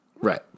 Right